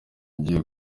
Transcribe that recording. ugiye